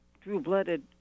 true-blooded